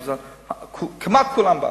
אבל כמעט כולם בעד,